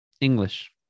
English